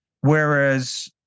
Whereas